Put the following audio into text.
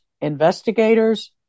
investigators